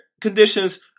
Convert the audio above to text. Conditions